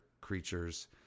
creatures